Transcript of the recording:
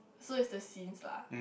so it's the scenes lah